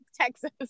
Texas